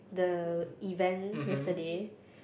the event yesterday